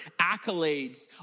accolades